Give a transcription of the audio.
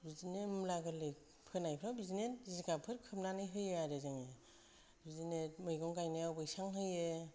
बिदिनो मुला गोरलै फोनायफ्राव बिदिनो जिगाबफोर खोबनानै होयो आरो जोङो बिदिनो मैगं गायनायाव बैसां होयो